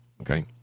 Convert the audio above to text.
Okay